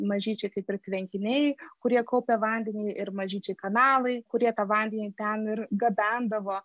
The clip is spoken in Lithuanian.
mažyčiai kaip ir tvenkiniai kurie kaupia vandenį ir mažyčiai kanalai kurie tą vandenį ten ir gabendavo